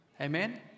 Amen